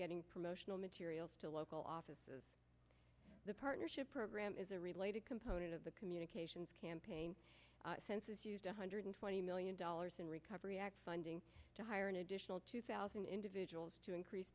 getting promotional materials to local offices the partnership program is a related component of the communications campaign sensis used one hundred twenty million dollars in recovery act funding to hire an additional two thousand individuals to increase